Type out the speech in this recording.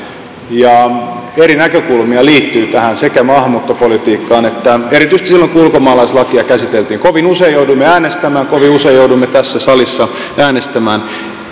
ja eri näkökulmia liittyi tähän maahanmuuttopolitiikkaan erityisesti silloin kun ulkomaalaislakia käsiteltiin kovin usein jouduimme äänestämään kovin usein jouduimme tässä salissa äänestämään